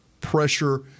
pressure